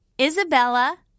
Isabella